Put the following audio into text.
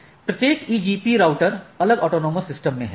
प्रत्येक EBGP router अलग autonomous system में हैं